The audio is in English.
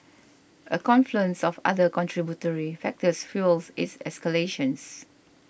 a confluence of other contributory factors fuels its escalations